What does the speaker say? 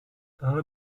tahle